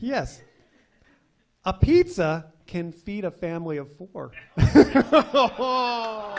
yes a pizza can feed a family of four